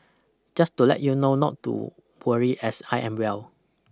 just to let you know not to worry as I am well